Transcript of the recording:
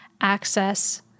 access